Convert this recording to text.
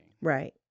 Right